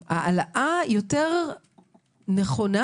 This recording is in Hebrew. העלאה יותר נכונה